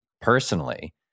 personally